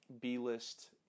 b-list